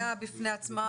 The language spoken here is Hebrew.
זאת בעיה בפני עצמה.